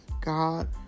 God